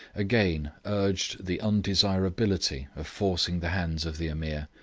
again urged the undesirability of forcing the hands of the ameer,